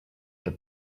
that